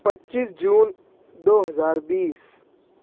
پچیس جون دو ہزار بیس